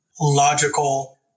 logical